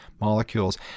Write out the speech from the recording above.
molecules